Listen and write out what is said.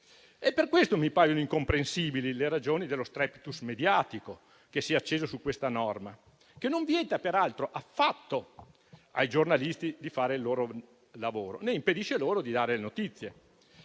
Per questo mi paiono incomprensibili le ragioni dello *strepitus* mediatico che si è acceso su questa norma, che peraltro non vieta affatto ai giornalisti di fare il loro lavoro, né impedisce loro di dare notizie.